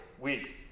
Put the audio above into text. weeks